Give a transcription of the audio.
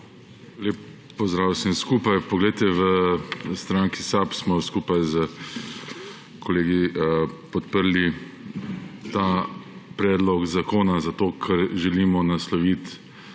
Lep pozdrav vsem skupaj! V stranki SAB smo skupaj s kolegi podprli ta predlog zakona zato, ker želimo nasloviti